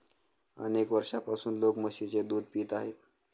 अनेक वर्षांपासून लोक म्हशीचे दूध पित आहेत